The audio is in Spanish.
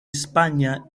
españa